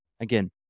Again